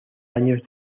años